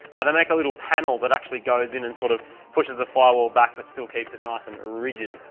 ah they make a little panel that actually goes in and sort of pushes the firewall back but still keeps it nice and rigid.